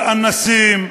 על אנסים,